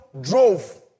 drove